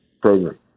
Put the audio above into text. Program